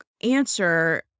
answer